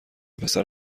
پسر